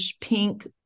pink